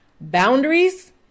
boundaries